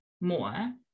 more